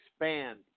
expand